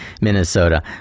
Minnesota